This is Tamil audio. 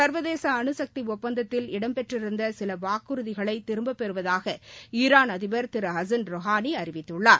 சர்வதேச அனுசக்தி ஒப்பந்தத்தில் இடம் பெற்றிருந்த சில வாக்குறுதிகளை திரும்பப் பெறுவதாக ஈரான் அதிபர் திரு ஹசன் ரோஹானி அறிவித்துள்ளார்